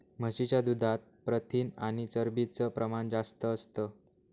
म्हशीच्या दुधात प्रथिन आणि चरबीच प्रमाण जास्त असतं